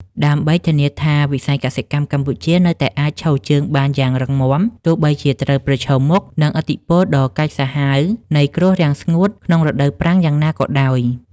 ដើម្បីធានាថាវិស័យកសិកម្មកម្ពុជានៅតែអាចឈរជើងបានយ៉ាងរឹងមាំ ទោះបីជាត្រូវប្រឈមមុខនឹងឥទ្ធិពលដ៏កាចសាហាវនៃគ្រោះរាំងស្ងួតក្នុងរដូវប្រាំងយ៉ាងណាក៏ដោយ។